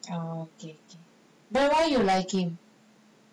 okay okay but why you like him